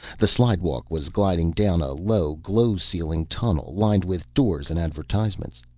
the slidewalk was gliding down a low glow-ceiling tunnel lined with doors and advertisements.